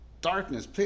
darkness